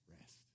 Rest